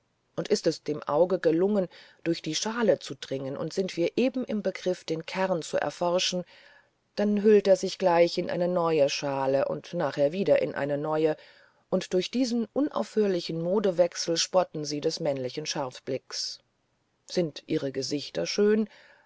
und ist es dem auge gelungen durch die schale zu dringen und sind wir eben im begriff den kern zu erforschen dann hüllt er sich gleich in eine neue schale und nachher wieder in eine neue und durch diesen unaufhörlichen modewechsel spotten sie des männlichen scharfblicks sind ihre gesichter schön